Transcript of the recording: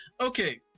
Okay